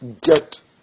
get